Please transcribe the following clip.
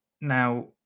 Now